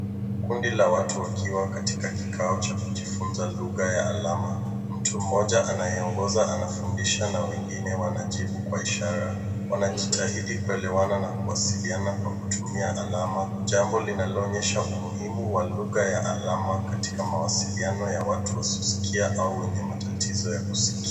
Kundi la watu wakiwa katika kikao cha kujifunza lugha ya alama. Mtu mmoja anayeongoza anafundisha na wengine wanajibu kwa ishara. Wanajitahidi kuelewana na kuwasiliana kwa kutumia alama. Jambo linaloonyesha umuhimu wa lugha ya alama katika mawasiliano ya watu wasiosikia au wenye matatizo ya kusikia.